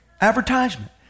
advertisement